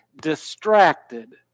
distracted